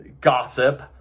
gossip